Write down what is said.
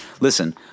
listen